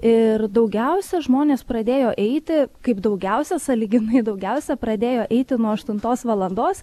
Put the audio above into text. ir daugiausia žmonės pradėjo eiti kaip daugiausia sąlyginai daugiausia pradėjo eiti nuo aštuntos valandos